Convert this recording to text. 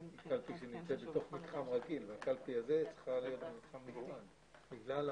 קלפי שנמצאת בתוך מתחם רגיל והקלפי הזאת נמצאת במתחם מיוחד.